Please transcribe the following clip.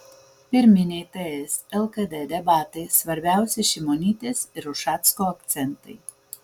pirminiai ts lkd debatai svarbiausi šimonytės ir ušacko akcentai